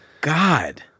God